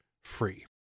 free